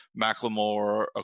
McLemore